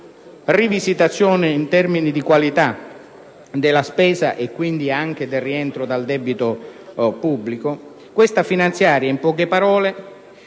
Grazie